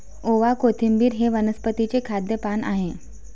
ओवा, कोथिंबिर हे वनस्पतीचे खाद्य पान आहे